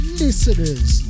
listeners